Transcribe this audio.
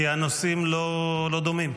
כי הנושאים לא דומים.